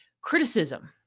criticism